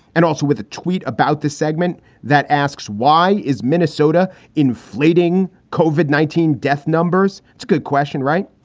and also with a tweet about the segment that asks, why is minnesota inflating covered nineteen death numbers? it's good question, right?